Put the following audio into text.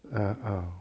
ah oh